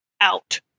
out